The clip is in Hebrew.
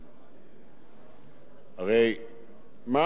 הרי מה הוא זה שאתם מבקשים?